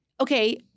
okay